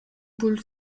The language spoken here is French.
poule